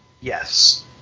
yes